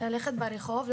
ללכת ברחוב,